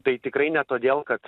tai tikrai ne todėl kad